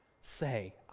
say